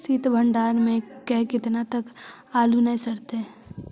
सित भंडार में के केतना दिन तक आलू न सड़तै?